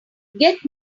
get